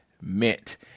meant